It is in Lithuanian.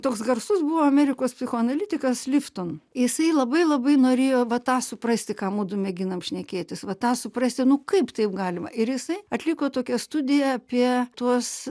toks garsus buvo amerikos psichoanalitikas lifton jisai labai labai norėjo va tą suprasti ką mudu mėginam šnekėtis va tą suprasti nu kaip taip galima ir jisai atliko tokią studiją apie tuos